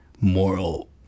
moral